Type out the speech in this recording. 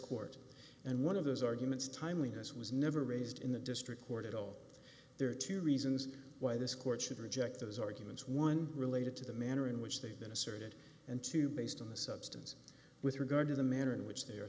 court and one of those arguments timeliness was never raised in the district court at all there are two reasons why this court should reject those arguments one related to the manner in which they've been asserted and two based on the substance with regard to the manner in which they are